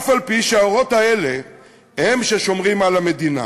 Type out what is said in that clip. אף-על-פי שהאורות האלה הם ששומרים על המדינה.